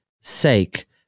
sake